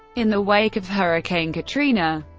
in the wake of hurricane katrina,